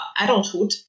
adulthood